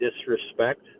disrespect